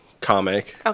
comic